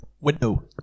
Window